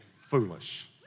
foolish